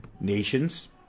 nations